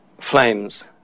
flames